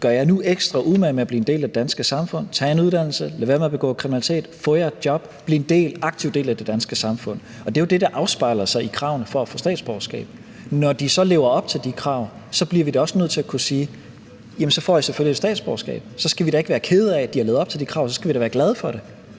Gør jer nu ekstra umage med at blive en del af det danske samfund, tag en uddannelse, lad være med at begå kriminalitet, få jer et job, bliv en aktiv del af det danske samfund. Og det er jo det, der afspejler sig i kravene til at få statsborgerskab. Når de så lever op til de krav, bliver vi da også nødt til at kunne sige, at så får de selvfølgelig et statsborgerskab. Og så skal vi da ikke være kede af, at de har levet op til de krav, men så skal vi da være glade for det.